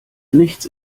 nichts